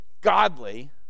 godly